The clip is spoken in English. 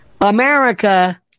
America